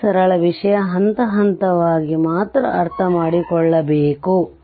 ಈ ಸರಳ ವಿಷಯ ಹಂತ ಹಂತವಾಗಿ ಮಾತ್ರ ಅರ್ಥಮಾಡಿಕೊಳ್ಳಬೇಕು